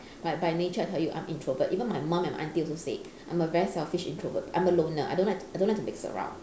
but by nature I tell you I'm introvert even my mum and my aunty also say I'm a very selfish introvert I'm a loner I don't like I don't like to mix around